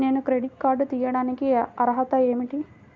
నేను credit card తీయడానికి అర్హత ఏమిటి?